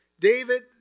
David